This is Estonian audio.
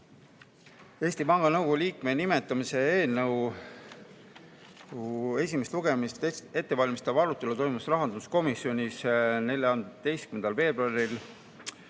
Eesti Panga Nõukogu liikme nimetamise eelnõu esimest lugemist ettevalmistav arutelu toimus rahanduskomisjonis 14. veebruaril.